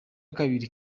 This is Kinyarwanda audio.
kabiri